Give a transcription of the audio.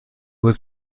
was